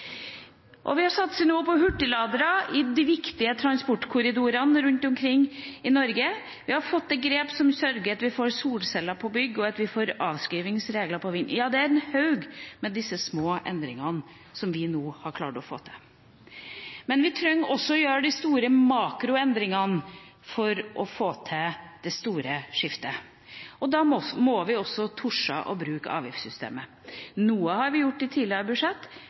satser nå også på hurtigladere i de viktige transportkorridorene rundt omkring i Norge, vi har fått til grep som sørger for at vi får solceller på bygg, og at vi får avskrivingsregler for vindkraft. Ja, det er en haug av små endringer som vi nå har klart å få til. Men vi trenger også å gjøre de store makroendringene for å få til det store skiftet. Da må vi også tørre å bruke avgiftssystemet. Noe har vi gjort i tidligere budsjett,